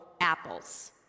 apples